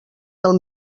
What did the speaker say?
del